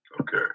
okay